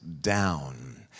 down